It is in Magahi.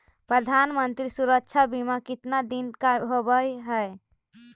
प्रधानमंत्री मंत्री सुरक्षा बिमा कितना दिन का होबय है?